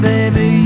Baby